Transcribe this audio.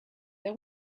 they